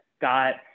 got